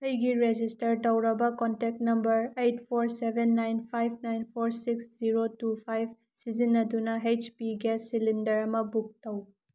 ꯑꯩꯒꯤ ꯔꯦꯖꯤꯁꯇꯔ ꯇꯧꯔꯕ contact number eight four seven nine five nine four six zero two five ꯁꯤꯖꯤꯟꯅꯗꯨꯅ H P gas cylinder ꯑꯃ book ꯇꯧ